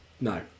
no